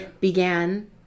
began